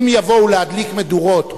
אם יבואו להדליק מדורות,